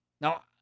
Now